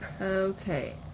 Okay